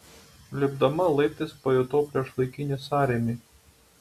lipdama laiptais pajutau priešlaikinį sąrėmį